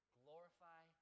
glorify